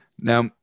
now